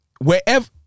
wherever